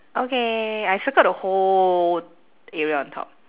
okay I circle the whole area on top